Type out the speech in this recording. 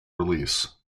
release